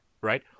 Right